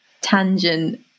tangent